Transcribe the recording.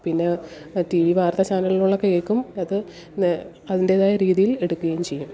പിന്നെ T V വാർത്ത ചാനലിലുള്ള കേൾക്കും അത് അതിൻറ്റേതായ രീതിയിൽ എടുക്കുകയും ചെയ്യും